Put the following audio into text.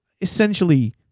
essentially